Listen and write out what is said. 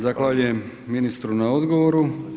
Zahvaljujem ministru na odgovoru.